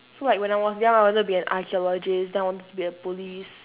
so like when I was young I wanted to be an archaeologist then I wanted to be a police